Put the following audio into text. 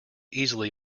easily